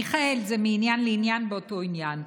מיכאל, זה מעניין לעניין באותו עניין.